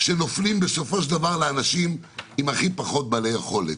שנופלים בסופו של דבר על האנשים שהם הכי פחות בעלי יכולת,